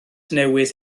newydd